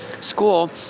school